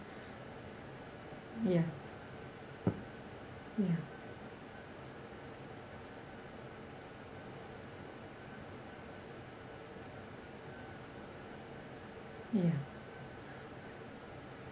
ya ya ya